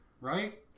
right